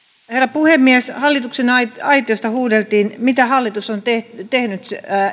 puhemies hallituksen aitiosta huudeltiin että mitä hallitus on tehnyt